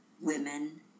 women